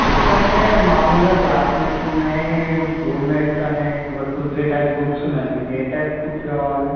books అంటే మామూలుగా classmates ఉన్నాయి రూమ్మేట్స్ అనే ఇంకో టూ త్రి టైప్స్ బుక్స్ ఉన్నాయి మీకు ఏ టైప్ బుక్స్ కావాలి